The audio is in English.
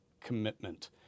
commitment